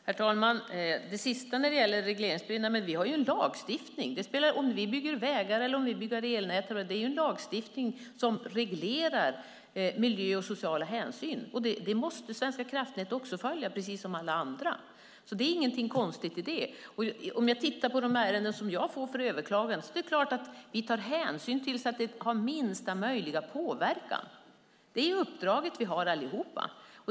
Herr talman! När vi bygger vägar eller elnät finns en lagstiftning som reglerar frågor som rör miljö och sociala hänsyn. Den måste också Svenska kraftnät följa, precis som alla andra. Det är inget konstigt. I de överklagningsärenden som kommer till oss tar vi hänsyn till att resultatet ska bli minsta möjliga påverkan. Det är det uppdrag vi alla har.